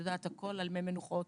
הכול על מי מנוחות